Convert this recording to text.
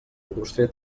indústria